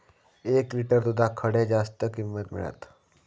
एक लिटर दूधाक खडे जास्त किंमत मिळात?